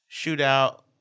shootout